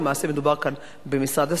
למעשה מדובר פה במשרד הספורט,